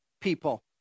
people